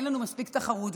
אין לנו מספיק תחרות,